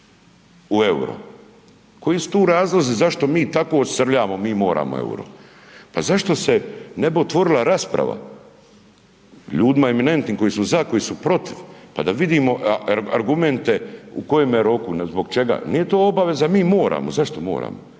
u EUR-o. Koji su to razlozi zašto mi tako srljamo, mi moramo EUR-o? Pa zašto se ne bi otvorila rasprava, ljudima eminentnim koji su za, koji su protiv, pa da vidimo argumente u kojemu roku, zbog čega, nije to obaveza mi moramo. Zašto moramo?